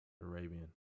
Arabian